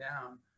down